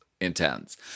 intense